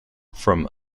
from